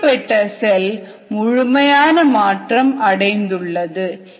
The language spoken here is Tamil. இப்படிப்பட்ட செல் முழுமையான மாற்றம் அடைந்துள்ளது